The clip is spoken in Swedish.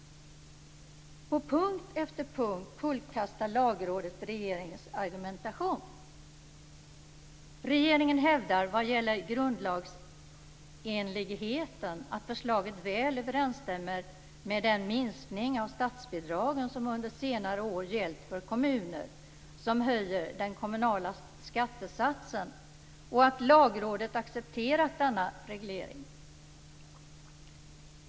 På punkt efter punkt kullkastar Lagrådet regeringens argumentation. Regeringen hävdar vad gäller grundlagsenligheten att förslaget väl överensstämmer med den minskning av statsbidragen som under senare år gällt för kommuner som höjer den kommunala skattesatsen och att Lagrådet accepterat denna reglering.